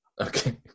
Okay